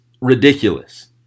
ridiculous